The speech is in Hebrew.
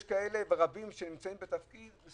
יש רבים שנמצאים בתפקיד כי זה